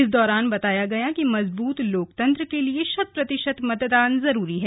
इस दौरान बताया गया कि मजबूत लोकतंत्र के लिए शत प्रतिशत मतदान करना जरुरी है